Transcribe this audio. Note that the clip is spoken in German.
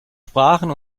sprachen